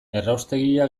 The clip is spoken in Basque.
erraustegia